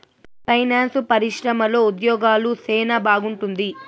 finance పరిశ్రమలో ఉద్యోగాలు సెనా బాగుంటుంది